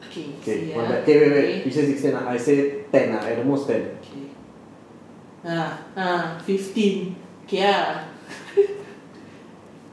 okay see ah K ya fifteen ya